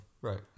right